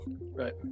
right